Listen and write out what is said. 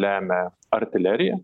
lemia artilerija